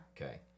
Okay